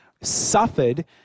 suffered